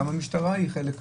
וגם המשטרה היא חלק מזה.